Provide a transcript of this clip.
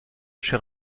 chez